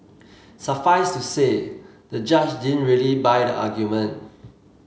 suffice to say the judge didn't really buy the argument